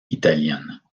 italiennes